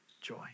joy